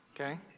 Okay